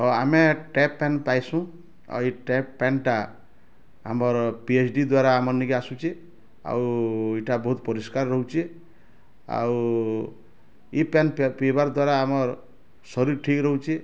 ହଁ ଆମେ ଟେପ୍ ପାଏନ୍ ପାଏସୁଁ ଆଉ ଇ ଟେପ୍ ପାଏନ୍ଟା ଆମର୍ ପି ଏଚ୍ ଡ଼ି ଦ୍ଵାରା ଆମର୍ ନିକେ ଆସୁଛେ ଆଉ ଇଟା ବହୁତ୍ ପରିଷ୍କାର୍ ରହୁଛେ ଆଉ ଇ ପାଏନ୍ ପିଇବାର୍ ଦ୍ୱାରା ଆମର୍ ଶରୀର୍ ଠିକ୍ ରହୁଛେ